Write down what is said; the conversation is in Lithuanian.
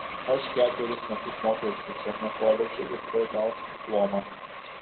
aš ketverius metus mokiausi šiame koledže ir tuoj gausiu diplomą